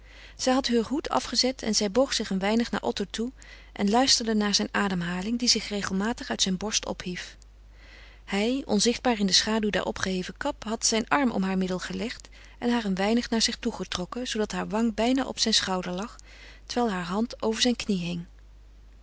zij had heur hoed afgezet en zij boog zich een weinig naar otto toe en luisterde naar zijn ademhaling die zich regelmatig uit zijn borst ophief hij onzichtbaar in de schaduw der opgeheven kap had zijn arm om haar middel gelegd en haar een weinig naar zich toe getrokken zoodat haar wang bijna op zijn schouder lag terwijl haar hand over zijn knie